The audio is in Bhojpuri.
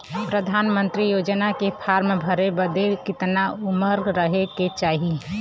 प्रधानमंत्री योजना के फॉर्म भरे बदे कितना उमर रहे के चाही?